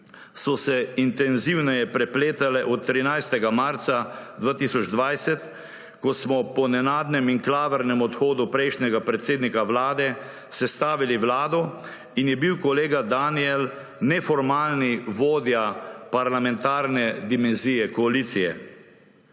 so se intenzivneje prepletale od 13. marca 2020, ko smo po nenadnem in klavrnem odhodu prejšnjega predsednika Vlade sestavili vlado in je bil kolega Danijel neformalni vodja parlamentarne dimenzije koalicije.